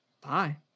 Bye